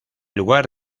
lugar